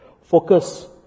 Focus